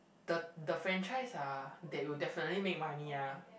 the the franchise are they will definitely make money ah